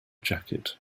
jacket